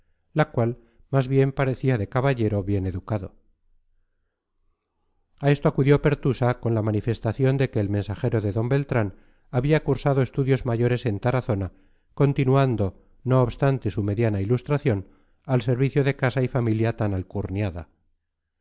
la cual más bien parecía de caballero bien educado a esto acudió pertusa con la manifestación de que el mensajero de d beltrán había cursado estudios mayores en tarazona continuando no obstante su mediana ilustración al servicio de casa y familia tan alcurniada